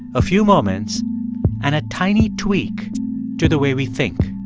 a few moments and a tiny tweak to the way we think